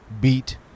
beat